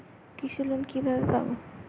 কৃষি লোন কিভাবে পাব?